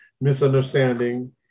misunderstanding